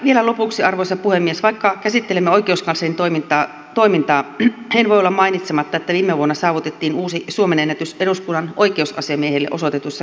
vielä lopuksi arvoisa puhemies vaikka käsittelemme oikeuskanslerin toimintaa en voi olla mainitsematta että viime vuonna saavutettiin uusi suomenennätys eduskunnan oikeusasiamiehelle osoitetuissa kanteluissa